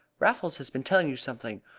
raffles has been telling you something!